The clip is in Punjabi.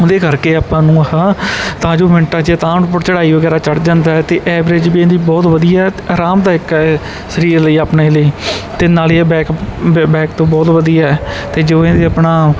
ਉਹਦੇ ਕਰਕੇ ਆਪਾਂ ਨੂੰ ਆਹ ਤਾਂ ਜੋ ਮਿੰਟਾਂ 'ਚ ਤਾਂਹ ਨੂੰ ਚੜ੍ਹਾਈ ਵਗੈਰਾ ਚੜ੍ਹ ਜਾਂਦਾ ਹੈ ਅਤੇ ਐਵਰੇਜ ਵੀ ਇਹਦੀ ਬਹੁਤ ਵਧੀਆ ਆਰਾਮਦਾਇਕ ਇਹ ਸਰੀਰ ਲਈ ਆਪਣੇ ਲਈ ਅਤੇ ਨਾਲ ਇਹ ਬੈਕ ਬੈਕ ਤੋਂ ਬਹੁਤ ਵਧੀਆ ਹੈ ਅਤੇ ਜੋ ਇਹਦੀ ਆਪਣਾ